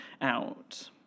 out